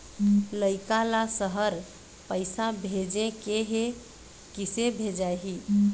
लइका ला शहर पैसा भेजें के हे, किसे भेजाही